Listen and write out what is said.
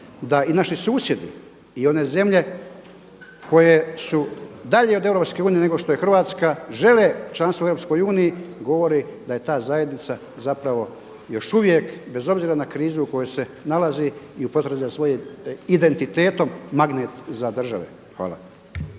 da i naši susjedi i one zemlje koje su dalje od Europske unije nego što je Hrvatska žele članstvo u Europskoj uniji, govore da je ta zajednica zapravo još uvijek bez obzira na krizu u kojoj se nalazi i u potrazi za svojim identitetom magnet za države. Hvala.